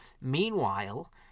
Meanwhile